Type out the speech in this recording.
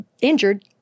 injured—